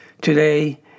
Today